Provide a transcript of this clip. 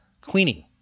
cleaning